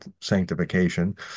sanctification